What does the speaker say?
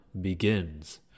begins